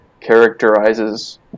characterizes